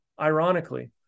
ironically